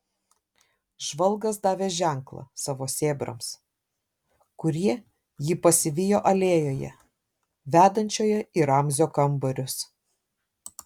žvalgas davė ženklą savo sėbrams kurie jį pasivijo alėjoje vedančioje į ramzio kambarius